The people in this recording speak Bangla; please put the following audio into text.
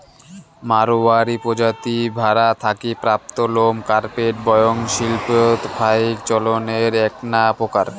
মাড়ওয়ারী প্রজাতি ভ্যাড়া থাকি প্রাপ্ত লোম কার্পেট বয়ন শিল্পত ফাইক চইলের এ্যাকনা প্রকার